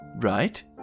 right